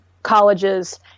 Colleges